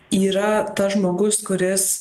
yra tas žmogus kuris